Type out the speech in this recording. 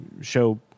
show